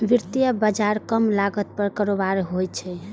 वित्तीय बाजार कम लागत पर कारोबार होइ छै